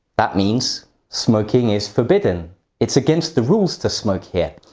that means smoking is forbidden it's against the rules to smoke here.